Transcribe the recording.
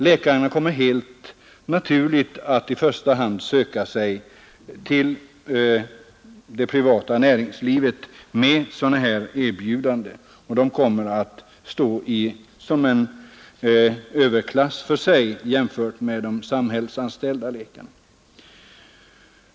Läkarna kommer helt naturligt att i första hand söka sig till det privata näringslivet efter sådana här erbjudanden och därefter stå som en överklass för sig jämfört med samhällsanställda läkare.